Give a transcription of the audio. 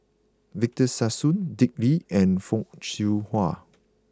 Victor Sassoon Dick Lee and Fock Siew Wah